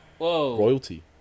royalty